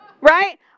right